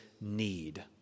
need